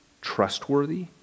trustworthy